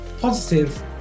positive